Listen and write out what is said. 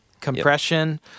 compression